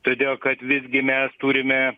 todėl kad visgi mes turime